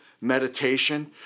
meditation